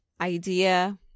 idea